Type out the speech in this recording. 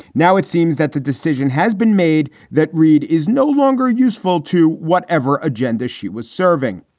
now, it seems that the decision has been made that reid is no longer useful to whatever agenda she was serving.